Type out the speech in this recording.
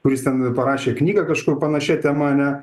kuris ten parašė knygą kažkur panašia tema ane